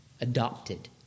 adopted